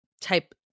type